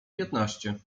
piętnaście